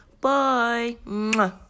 Bye